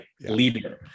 leader